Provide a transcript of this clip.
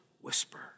whisper